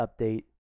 update